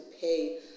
pay